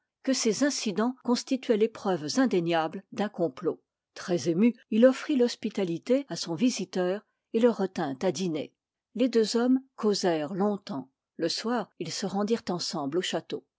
que ces incidents constituaient les preuves indéniables d'un complot très ému il offrit l'hospitalité à son visiteur et le retint à dîner les deux hommes causèrent longtemps le soir ils se rendirent ensemble au château